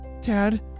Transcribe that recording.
Dad